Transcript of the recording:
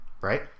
Right